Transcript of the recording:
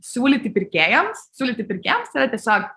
siūlyti pirkėjams siūlyti pirkėjams yra tiesiog